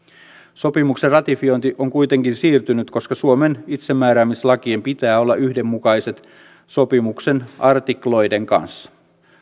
sopimuksen ratifiointi on kuitenkin siirtynyt koska suomen itsemääräämisoikeuslakien pitää olla yhdenmukaiset sopimuksen artikloiden kanssa